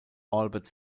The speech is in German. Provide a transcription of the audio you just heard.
albert